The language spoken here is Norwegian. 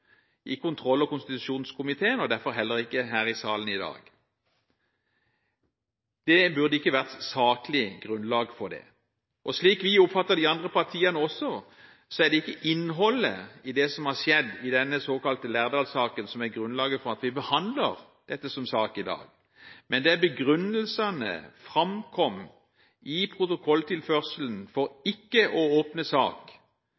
i kontroll- og konstitusjonskomiteen og derfor heller ikke her i salen i dag. Det burde ikke vært saklig grunnlag for det. Slik vi oppfatter de andre partiene, er det ikke innholdet i det som har skjedd i denne såkalte Lærdal-saken som er grunnlaget for at vi behandler dette som sak i dag, men begrunnelsene som framkom i protokolltilførselen for ikke å åpne sak,